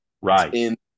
Right